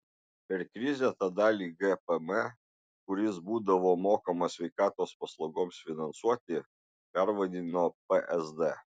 per krizę tą dalį gpm kuris būdavo mokamas sveikatos paslaugoms finansuoti pervadino psd